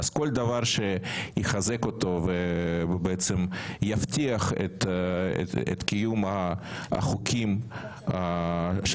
אז כל דבר שיחזק אותו ויבטיח את קיום החוקים של